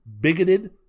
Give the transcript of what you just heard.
bigoted